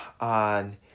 on